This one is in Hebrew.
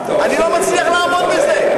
אני לא מצליח לעמוד בזה.